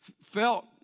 felt